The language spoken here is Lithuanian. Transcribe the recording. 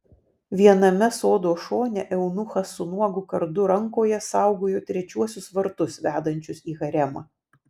viename sodo šone eunuchas su nuogu kardu rankoje saugojo trečiuosius vartus vedančius į haremą